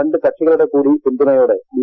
രണ്ടു കക്ഷികളുടെ കൂടി പിന്തുണയോടെ ബി